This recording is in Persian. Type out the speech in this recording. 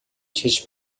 چشم